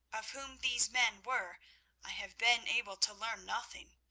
of whom these men were i have been able to learn nothing.